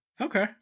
Okay